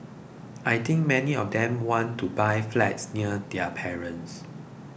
I think many of them want to buy flats near their parents